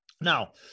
Now